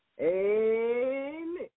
Amen